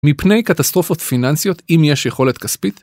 מפני קטסטרופות פיננסיות, אם יש יכולת כספית